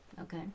Okay